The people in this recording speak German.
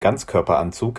ganzkörperanzug